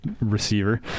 receiver